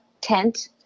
tent